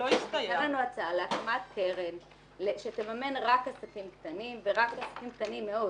הייתה לנו הצעה להקמת קרן שתממן רק עסקים קטנים ורק עסקים קטנים מאוד